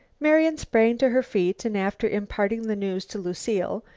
marian sprang to her feet, and, after imparting the news to lucile,